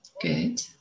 Good